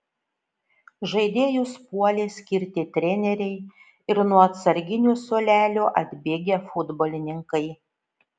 žaidėjus puolė skirti treneriai ir nuo atsarginių suolelio atbėgę futbolininkai